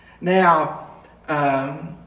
now